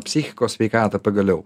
psichikos sveikatą pagaliau